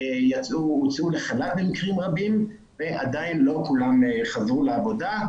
והוצאו לחל"ת במקרים רבים ועדיין לא כולם חזרו לעבודה.